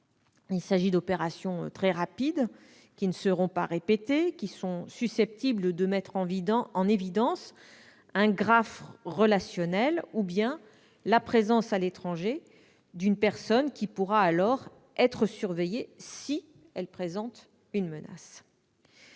Il s'agit d'opérations très rapides, non répétées et susceptibles de mettre en évidence un graphe relationnel ou la présence à l'étranger d'une personne, qui pourra alors être surveillée si elle présente une menace.